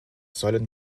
sollen